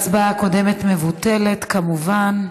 ההצבעה הקודמת מבוטלת, כמובן.